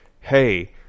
hey –